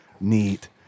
neat